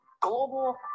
global